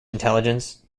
intelligence